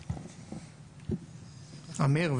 אמיר,